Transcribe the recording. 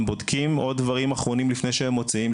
הם בודקים עוד דברים אחרונים לפני שהם מוציאים,